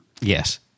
Yes